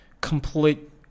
complete